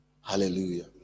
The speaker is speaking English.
Hallelujah